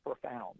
profound